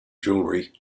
jewelry